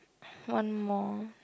one more